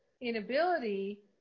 inability